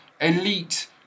elite